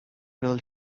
will